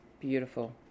Beautiful